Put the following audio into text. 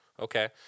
Okay